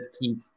keep